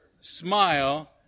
smile